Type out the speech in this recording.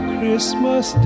Christmas